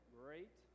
great